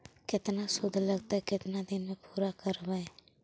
केतना शुद्ध लगतै केतना दिन में पुरा करबैय?